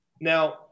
Now